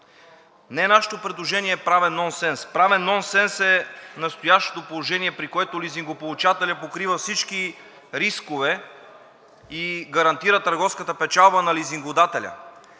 не нашето предложение е правен нонсенс, правен нонсенс е настоящото положение, при което лизингополучателят покрива всички рискове и гарантира търговската печалба на лизингодателя.